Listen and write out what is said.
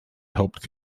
helped